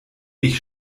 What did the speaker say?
ich